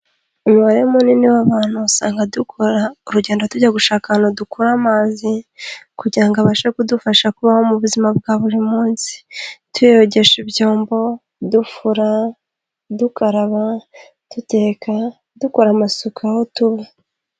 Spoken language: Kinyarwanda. Umubare munini w'abantu usanga dukora urugendo tujya gushaka ahantu dukura amazi kugira ngo abashe kudufasha kubaho mu buzima bwa buri munsi. Tuyogesha ibyombo, dufura, dukaraba, duteka, dukora amasuka aho tuba.